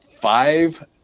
five